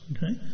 Okay